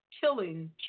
killing